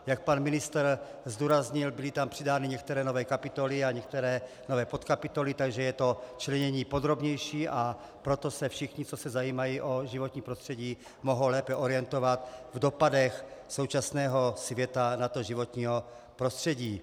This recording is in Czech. Jak pan ministr zdůraznil, byly tam přidány některé nové kapitoly a některé nové podkapitoly, takže je to členění podrobnější, a proto se všichni, kdo se zajímají o životní prostředí, mohou lépe orientovat v dopadech současného světa na životní prostředí.